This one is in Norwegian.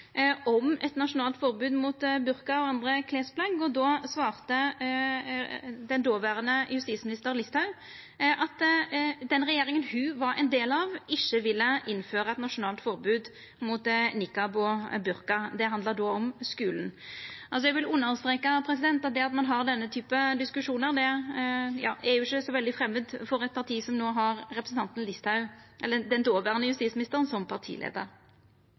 om eit nasjonalt forbod mot burka og andre klesplagg. Då svara dåverande justisminister Listhaug at den regjeringa ho var ein del av, ikkje ville innføra eit nasjonalt forbod mot nikab og burka. Det handla då om skulen. Eg vil understreka at det at ein har denne typen diskusjonar, er jo ikkje så veldig framandt for eit parti som no har den dåverande justisministeren som partileiar. Representanten viser òg til dommen i Den